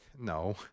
No